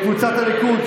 קבוצת סיעת הליכוד,